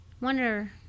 Wonder